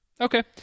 Okay